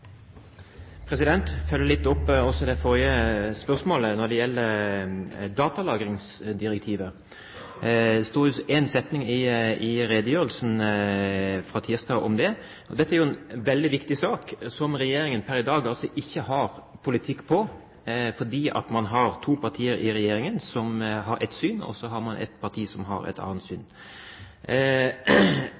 også følge opp det forrige spørsmålet når det gjelder datalagringsdirektivet. Det stod et par setninger i redegjørelsen fra tirsdag om det. Dette er en veldig viktig sak som regjeringen per i dag ikke har noen politikk for, fordi man har to partier i regjeringen som har ett syn, og ett parti som har et annet syn.